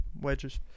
wedges